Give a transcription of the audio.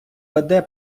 веде